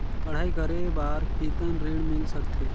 पढ़ाई करे बार कितन ऋण मिल सकथे?